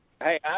Hey